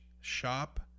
shop